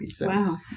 Wow